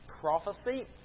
prophecy